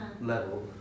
level